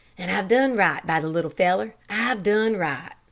and i've done right by the little feller, i've done right,